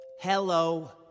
Hello